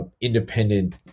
independent